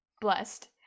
blessed